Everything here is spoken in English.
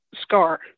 scar